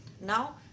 Now